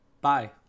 Bye